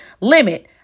limit